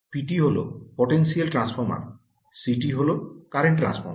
PT হল potential transformer CT হল current transformer